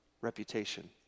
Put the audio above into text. reputation